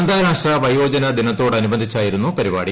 അന്താരാഷ്ട്ര വയോജന ദിനത്തോടനുബന്ധിച്ചായിരുന്നു പരിപാടി